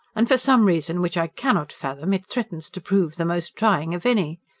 and for some reason which i cannot fathom, it threatens to prove the most trying of any.